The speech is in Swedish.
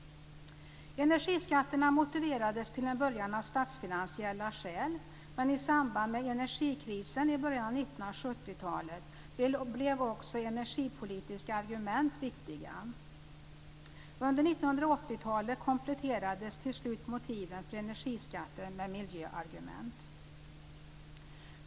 Energiskatterna motiverades till en början av statsfinansiella skäl, men i samband med energikrisen i början av 1970-talet blev också energipolitiska argument viktiga. Under 1980 talet kompletterades till slut motiven för energiskatten med miljöargument.